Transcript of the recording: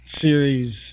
series